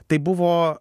tai buvo